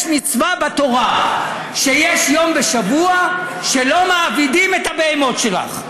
יש מצווה בתורה שיש יום בשבוע שלא מעבידים את הבהמות שלך.